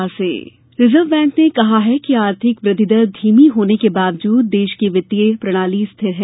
reserve bank report reserve bank ने कहा है कि आर्थिक वृद्धि दर धीमी होने के बावजूद देश की वित्तीय प्रणाली स्थिर है